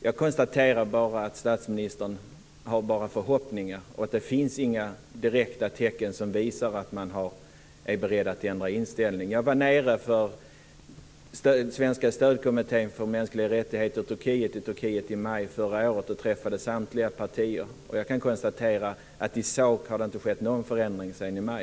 Jag konstaterar att statsministern bara har förhoppningar. Det finns inga direkta tecken som visar att man är beredd att ändra inställning. Jag var nere i Turkiet med Svenska stödkommittén för mänskliga rättigheter i Turkiet i maj förra året och träffade representanter för samtliga partier. Jag kan konstatera att det i sak inte skett någon förändring sedan i maj.